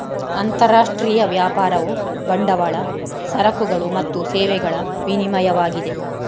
ಅಂತರರಾಷ್ಟ್ರೀಯ ವ್ಯಾಪಾರವು ಬಂಡವಾಳ, ಸರಕುಗಳು ಮತ್ತು ಸೇವೆಗಳ ವಿನಿಮಯವಾಗಿದೆ